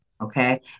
okay